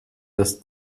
das